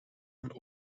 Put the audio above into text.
een